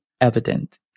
evident